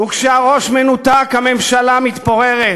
וכשהראש מנותק, הממשלה מתפוררת.